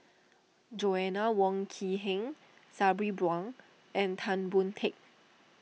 Joanna Wong Quee Heng Sabri Buang and Tan Boon Teik